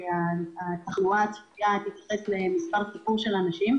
שהתחלואה הצפויה תתייחס למספר תחום של אנשים.